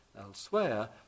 elsewhere